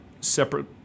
separate